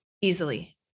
easily